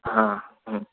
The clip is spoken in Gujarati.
હા હમ હમ